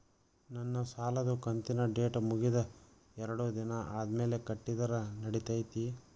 ನನ್ನ ಸಾಲದು ಕಂತಿನ ಡೇಟ್ ಮುಗಿದ ಎರಡು ದಿನ ಆದ್ಮೇಲೆ ಕಟ್ಟಿದರ ನಡಿತೈತಿ?